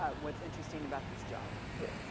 what's interesting about this job yeah